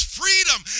freedom